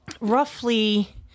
Roughly